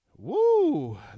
Woo